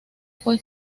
fue